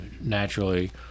naturally